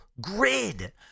Grid